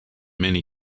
many